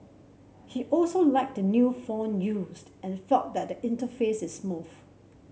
he also liked the new font used and that the interface is smooth